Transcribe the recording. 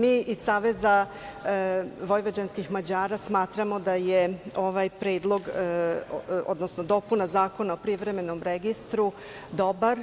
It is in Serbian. Mi iz Saveza vojvođanskih Mađara smatramo da je ovaj Predlog, odnosno dopuna Zakona o Privremenom registru dobar,